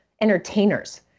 entertainers